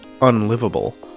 unlivable